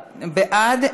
בעד,